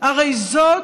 הרי זאת